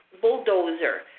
bulldozer